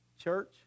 Church